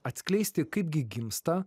atskleisti kaip gi gimsta